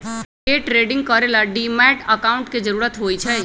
day trading करे ला demat account के जरूरत होई छई